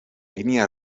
línia